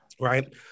right